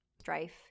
strife